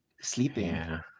sleeping